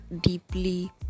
deeply